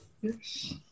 Yes